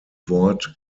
wort